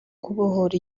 kubohora